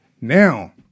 Now